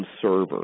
server